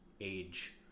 age